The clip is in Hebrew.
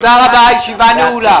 תודה רבה, הישיבה נעולה.